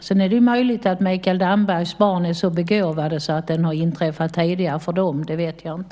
Sedan är det möjligt att Mikael Dambergs barn är så begåvade att den har inträffat tidigare för dem. Det vet jag inte.